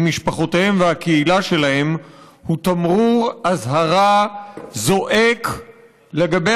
משפחותיהם והקהילה שלהם הוא תמרור אזהרה זועק לגבי